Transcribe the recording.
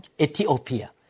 Ethiopia